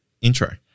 intro